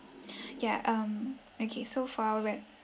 ya um okay so for our re~